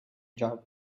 job